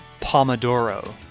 Pomodoro